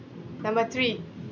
number three